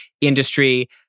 industry